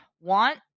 want